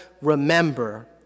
remember